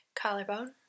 Collarbone